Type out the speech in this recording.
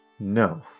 No